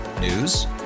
News